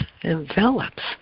envelops